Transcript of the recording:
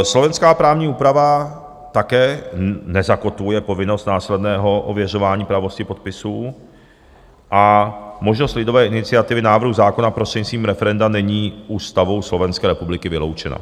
Slovenská právní úprava také nezakotvuje povinnost následného ověřování pravosti podpisů a možnost lidové iniciativy návrhu zákona prostřednictvím referenda není Ústavou Slovenské republiky vyloučeno.